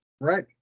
Right